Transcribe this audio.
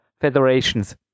federations